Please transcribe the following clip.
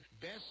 Best